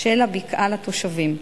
של הבקעה לתושבים.